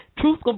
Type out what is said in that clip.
Truth